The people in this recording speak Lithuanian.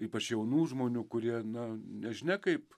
ypač jaunų žmonių kurie na nežinia kaip